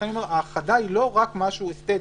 ולכן אני אומר שההאחדה היא לא רק משהו אסתטי.